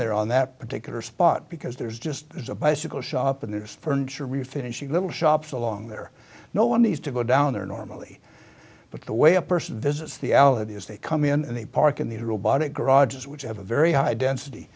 there on that particular spot because there's just there's a bicycle shop and there's furniture refinishing little shops along there no one needs to go down there normally but the way a person visits the audi as they come in and they park in the robotic garages which have a very high density